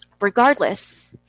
regardless